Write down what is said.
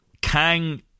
Kang